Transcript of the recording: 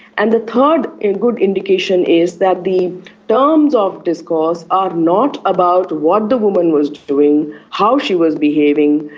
and the third and good indication is that the terms of discourse are not about what the woman was doing, how she was behaving,